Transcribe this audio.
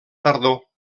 tardor